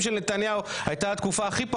של נתניהו היה התקופה הכי פחות קשה.